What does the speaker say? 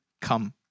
come